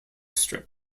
strip